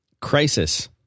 Crisis